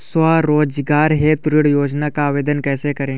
स्वरोजगार हेतु ऋण योजना का आवेदन कैसे करें?